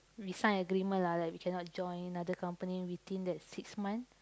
we sign agreement lah like we cannot join another company within that six month